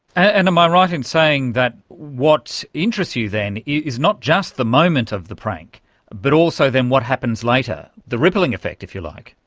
and am i right in saying that what interests you then, is not just the moment of the prank but also then what happens later, the rippling effect, if you like?